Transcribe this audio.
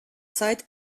zeit